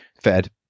fed